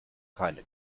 keine